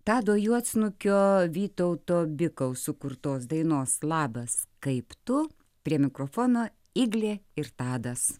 tado juodsnukio vytauto bikaus sukurtos dainos labas kaip tu prie mikrofono iglė ir tadas